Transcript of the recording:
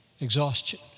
exhaustion